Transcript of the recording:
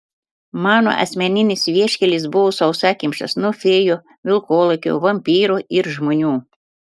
mano asmeninis vieškelis buvo sausakimšas nuo fėjų vilkolakių vampyrų ir žmonių